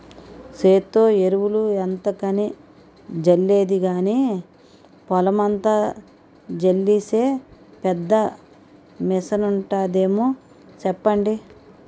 సేత్తో ఎరువులు ఎంతకని జల్లేది గానీ, పొలమంతా జల్లీసే పెద్ద మిసనుంటాదేమో సెప్పండి?